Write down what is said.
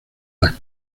las